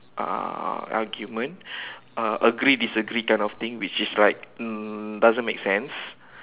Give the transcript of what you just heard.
uh argument uh agree disagree kind of thing which is like um doesn't make sense